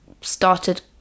started